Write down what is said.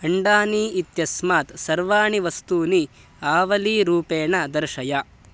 अण्डानि इत्यस्मात् सर्वाणि वस्तूनि आवलीरूपेण दर्शय